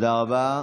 תודה רבה.